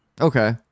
Okay